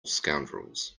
scoundrels